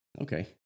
okay